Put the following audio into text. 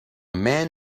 man